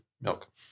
milk